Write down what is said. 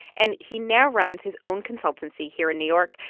and he now runs his own consultancy here in new york.